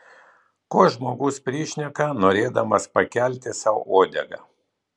ko žmogus prišneka norėdamas pakelti sau uodegą